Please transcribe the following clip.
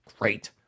great